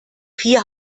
vier